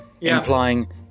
implying